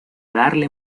darle